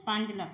ਪੰਜ ਲੱਖ